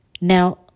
Now